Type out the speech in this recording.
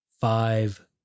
five